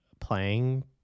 playing